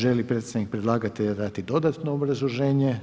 Želi li predstavnik predlagatelja dati dodatno obrazloženje?